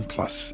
Plus